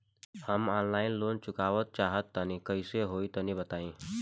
हम online loan चुकावल चाहऽ तनि कइसे होई तनि बताई?